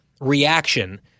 reaction –